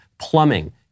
plumbing